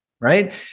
Right